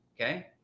Okay